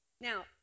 Now